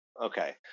Okay